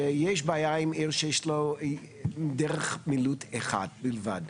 שיש בעיה עם עיר שיש לה דרך מילוט אחת בלבד.